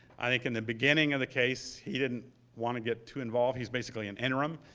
i think in the beginning of the case, he didn't want to get too involved. he's basically an interim,